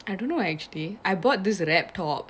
I don't know actually I bought this rag top